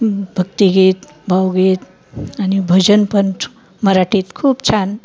भक्तिगीत भावगीत आणि भजन पण मराठीत खूप छान